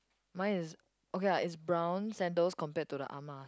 mine is okay lah it's brown sandals compared to the Ah Ma